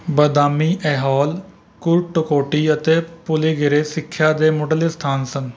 ਬਦਾਮੀ ਐਹੋਲ ਕੁਰਟਕੋਟੀ ਪੁਲਿਗੇਰੇ ਸਿੱਖਿਆ ਦੇ ਮੁੱਢਲੇ ਸਥਾਨ ਸਨ